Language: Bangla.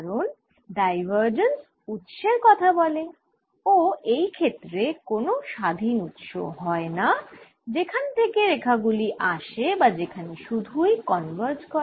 কারণ ডাইভারজেন্স উৎসের কথা বলে ও এই ক্ষেত্রে কোন স্বাধীন উৎস হয়না যেখান থেকে রেখা গুলি আসে বা যেখানে সুধুই কনভার্জ করে